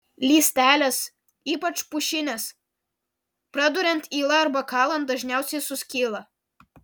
lystelės ypač pušinės praduriant yla arba kalant dažniausiai suskyla